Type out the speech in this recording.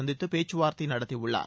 சந்தித்து பேச்சுவார்த்தை நடத்தியுள்ளார்